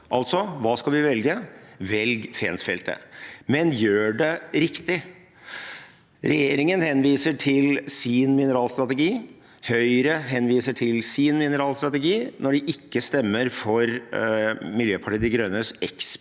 Hva skal vi velge? Velg Fensfeltet, men gjør det riktig! Regjeringen henviser til sin mineralstrategi. Høyre henviser til sin mineralstrategi når de ikke stemmer for Miljøpartiet De Grønnes eksplisitte